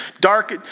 dark